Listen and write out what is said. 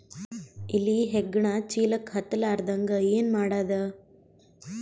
ಇಲಿ ಹೆಗ್ಗಣ ಚೀಲಕ್ಕ ಹತ್ತ ಲಾರದಂಗ ಏನ ಮಾಡದ?